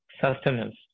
sustenance